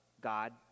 God